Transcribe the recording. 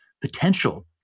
potential